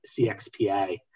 CXPA